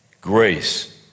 Grace